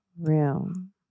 room